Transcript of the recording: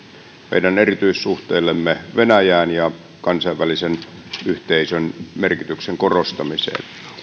meidän erityissuhteillemme venäjään ja kansainvälisen yhteisön merkityksen korostamiseen